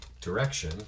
direction